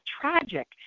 tragic